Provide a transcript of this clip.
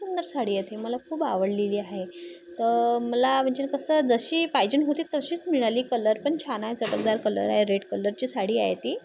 खूप सुंदर साडी आहे मला खूप आवडलेली आहे तर मला म्हणजे कसं जशी पाहिजेन होती तशीच मिळाली कलर पण छान आहे जटनदार कलर आहे रेड कलरची साडी आहे ती